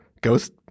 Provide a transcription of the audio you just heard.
ghost